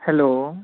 hello